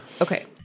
Okay